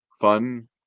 fun